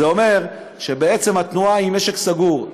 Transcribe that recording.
זה אומר שבעצם התנועה היא משק סגור.